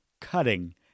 cutting